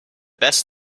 best